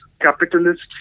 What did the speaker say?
capitalists